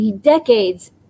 decades